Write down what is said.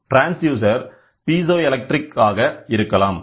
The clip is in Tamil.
ட்ரான்ஸ்டியூசர் பீசோ எலெக்ட்ரிக் ஆக இருக்கலாம்